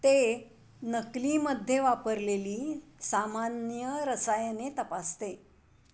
ते नकलीमध्ये वापरलेली सामान्य रसायने तपासते